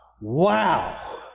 Wow